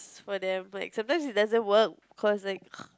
for them like sometimes it doesn't work cause like